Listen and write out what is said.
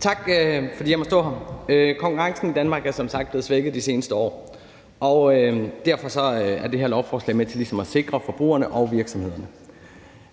Tak, fordi jeg må stå her. Konkurrencen i Danmark er som sagt blevet svækket de seneste år, og det her lovforslag er med til at sikre forbrugerne og virksomhederne.